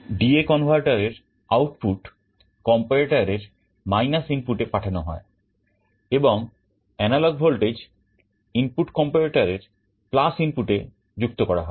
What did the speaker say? DA converterএর output comparatorএর ইনপুটে পাঠানো হয় এবং এনালগ ভোল্টেজ ইনপুট comparator এর ইনপুটে যুক্ত করা হয়